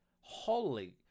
Holy